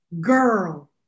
girl